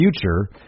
future